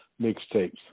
mixtapes